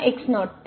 आता x0